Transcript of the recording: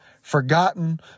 forgotten